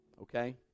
okay